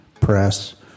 press